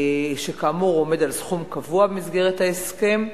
שכאמור עומדת על סכום קבוע במסגרת ההסכם,